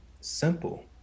simple